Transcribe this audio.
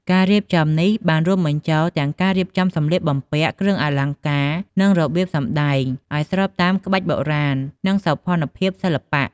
ការរៀបចំនេះបានរួមបញ្ចូលទាំងការរៀបចំសម្លៀកបំពាក់ គ្រឿងអលង្ការ និងរបៀបសម្តែងឱ្យស្របតាមក្បាច់បុរាណ និងសោភ័ណភាពសិល្បៈ។